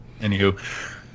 Anywho